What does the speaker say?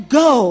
go